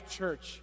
church